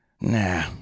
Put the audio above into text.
Nah